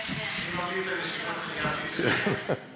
אני ממליץ על ישיבות מליאה בלי פלאפון.